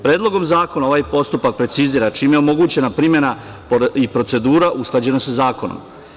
Predlogom zakona ovaj postupak precizira čime je omogućena primena i procedura usklađena sa zakonom.